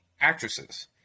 actresses